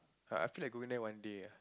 I I feel like going there one day ah